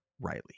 Riley